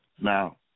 Now